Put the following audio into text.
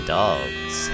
dogs